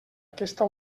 aquesta